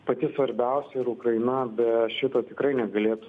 pati svarbiausia ir ukraina be šito tikrai negalėtų